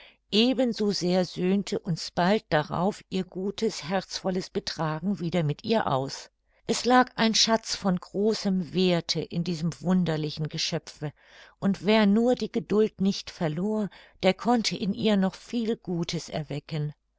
so sehr söhnte uns bald darauf ihr gutes herzvolles betragen wieder mit ihr aus es lag ein schatz von großem werthe in diesem wunderlichen geschöpfe und wer nur die geduld nicht verlor der konnte in ihr noch viel gutes erwecken